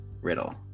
riddle